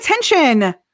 attention